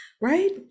right